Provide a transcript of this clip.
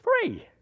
Free